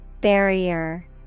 Barrier